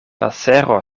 pasero